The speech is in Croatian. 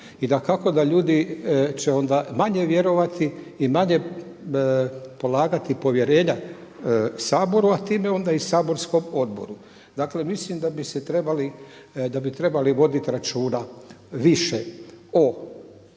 I dakako da ljudi će onda manje vjerovati i manje polagati povjerenja Saboru a time onda i saborskom odboru. Dakle mislim da bi se trebali, da bi trebali voditi računa više o